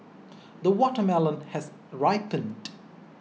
the watermelon has ripened